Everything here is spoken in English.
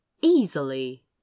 easily